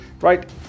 right